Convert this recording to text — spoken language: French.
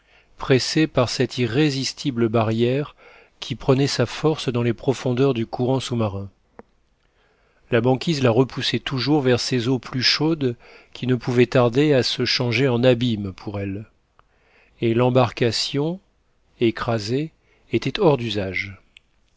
pressée par cette irrésistible barrière qui prenait sa force dans les profondeurs du courant sous-marin la banquise la repoussait toujours vers ces eaux plus chaudes qui ne pouvaient tarder à se changer en abîme pour elle et l'embarcation écrasée était hors d'usage